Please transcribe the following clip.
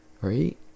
right